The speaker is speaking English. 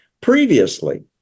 previously